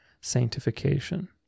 sanctification